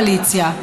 בקואליציה.